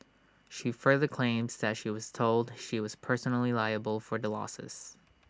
she further claims that she was told she was personally liable for the losses